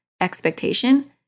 expectation